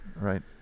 Right